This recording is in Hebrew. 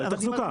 לתחזוקה.